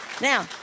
Now